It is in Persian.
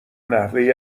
نحوه